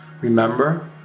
Remember